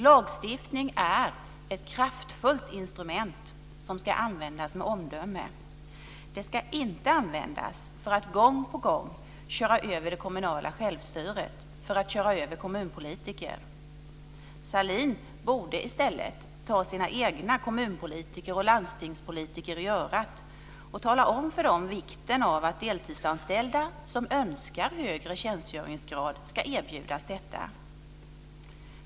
Lagstiftning är ett kraftfullt instrument som ska användas med omdöme. Det ska inte användas för att gång på gång köra över det kommunala självstyret och köra över kommunpolitiker. Sahlin borde i stället ta sina egna kommunpolitiker och landstingspolitiker i örat och tala om för dem vikten av att deltidsanställda som önskar högre tjänstgöringsgrad ska erbjudas detta.